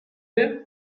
him